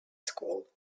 school